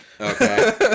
Okay